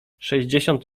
sześćdziesiąt